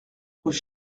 rue